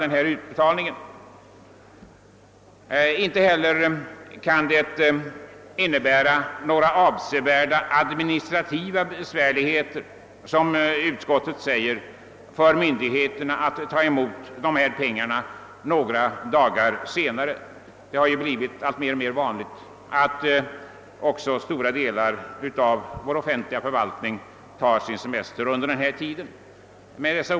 Det kan inte vara så som utskottet skriver, att det skulle »medföra avsevärda administrativa svårigheter för uppbördsmyndigheterna» att inkassera källskattepengarna några dagar senare. Det har ju blivit allt vanligare att också stora delar av vår offentliga förvaltning tar semester under juli månad. Herr talman!